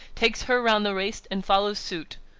takes her round the waist, and follows suit.